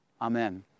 Amen